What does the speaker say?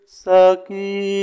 saki